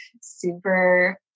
super